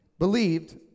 Believed